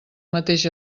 mateix